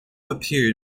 appeared